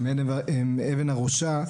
הן אבן הראשה,